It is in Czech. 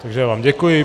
Takže já vám děkuji.